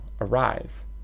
arise